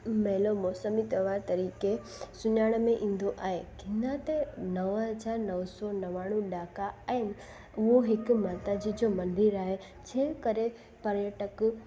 मेलो मोसमी त्योहार तरीक़े सुञाण में ईंदो आहे गिरनार ते नव हज़ार नौ सौ नवानवे डहाका आहिनि उहो हिकु माता जी जो मंदरु आहे जंहिं करे पर्यटक